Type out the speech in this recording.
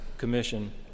Commission